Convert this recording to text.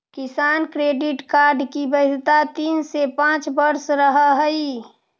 किसान credit card की वैधता तीन से पांच वर्ष रहअ हई